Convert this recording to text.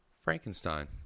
Frankenstein